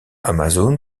amazon